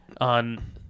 on